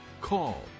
call